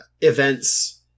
events